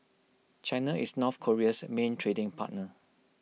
China is north Korea's main trading partner